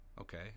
Okay